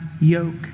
yoke